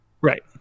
right